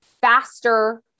faster